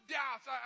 doubts